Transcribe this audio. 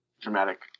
dramatic